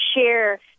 share